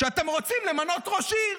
כשאתם רוצים למנות ראש עיר.